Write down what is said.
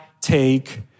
take